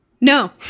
No